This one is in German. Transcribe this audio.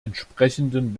entsprechenden